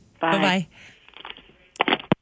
bye-bye